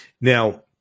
Now